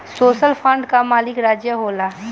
social fund कअ मालिक राज्य होला